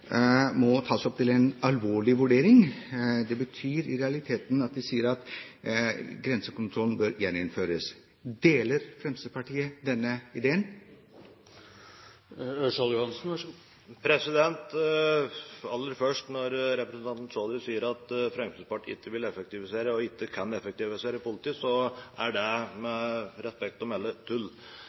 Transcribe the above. må tas opp til en alvorlig vurdering. Det betyr at de i realiteten sier at grensekontrollen bør gjeninnføres. Deler Fremskrittspartiet denne ideen? Aller først: Når representanten Chaudhry sier at Fremskrittspartiet ikke vil – og ikke kan – effektivisere politiet, er det med respekt å melde tull.